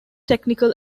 technical